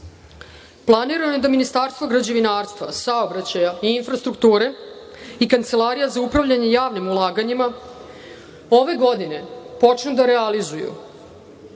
Planirano je da Ministarstvo građevinarstva, saobraćaja i infrastrukture i Kancelarija za upravljanje javnim ulaganjima ove godine počnu da realizuju